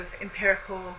empirical